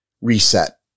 reset